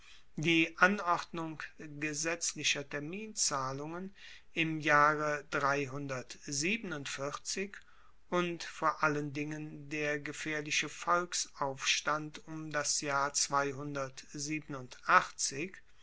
die anordnung gesetzlicher terminzahlungen im jahre und vor allen dingen der gefaehrliche volksaufstand um das jahr